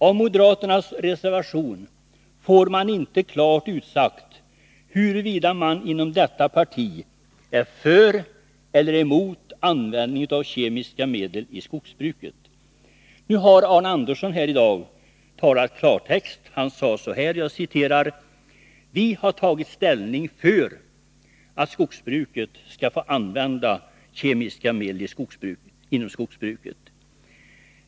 I moderaternas reservation blir aldrig klart utsagt huruvida man inom detta parti är för eller emot användning av kemiska medel i skogsbruket. Nu har Arne Andersson här i dag talat klartext. Han sade: Vi har tagit ställning för användning av kemiska medel inom skogsbruket.